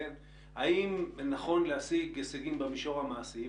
האם נכון להשיג הישגים במישור המעשי,